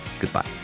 goodbye